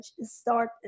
start